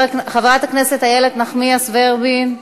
חברת הכנסת איילת נחמיאס ורבין,